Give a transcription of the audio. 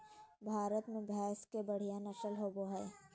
भारत में भैंस के बढ़िया नस्ल होबो हइ